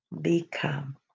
become